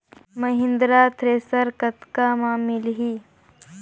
Mahindra thresher कतका म मिलही?